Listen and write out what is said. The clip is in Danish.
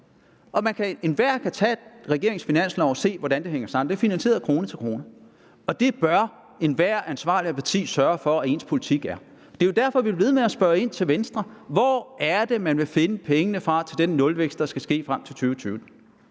2020. Enhver kan tage regeringens finanslov og se, hvordan det hænger sammen, og den er finansieret krone til krone. Det bør enhvert ansvarligt parti sørge for ens politik er. Det er jo derfor, vi bliver ved med at spørge Venstre: Hvor er det, man vil finde pengene fra til den nulvækst, der skal ske frem til 2020?